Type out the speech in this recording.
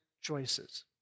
choices